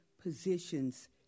positions